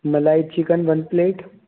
मलाई chicken one plate